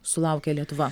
sulaukia lietuva